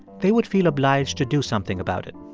they would feel obliged to do something about it